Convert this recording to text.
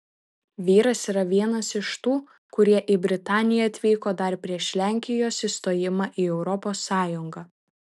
vyras yra vienas iš tų kurie į britaniją atvyko dar prieš lenkijos įstojimą į europos sąjungą